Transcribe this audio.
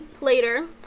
later